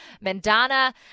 Mandana